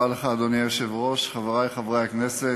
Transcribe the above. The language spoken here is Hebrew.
אדוני היושב-ראש, תודה רבה לך, חברי חברי הכנסת,